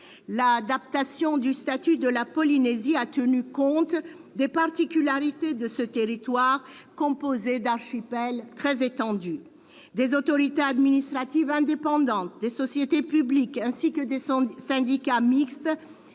L'adaptation du statut de la Polynésie a tenu compte des particularités de ce territoire, composé d'archipels très étendus : des autorités administratives indépendantes, des sociétés publiques ainsi que des syndicats mixtes